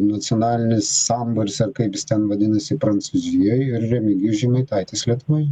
nacionalinis sambūris ar kaip jis ten vadinasi prancūzijoj ir remigijus žemaitaitis lietuvoj